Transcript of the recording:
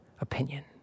opinion